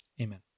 Amen